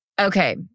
Okay